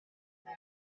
they